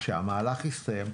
כשהמהלך הסתיים,